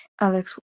Alex